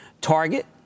Target